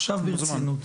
עכשיו ברצינות,